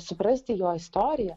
suprasti jo istoriją